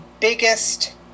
biggest